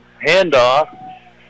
handoff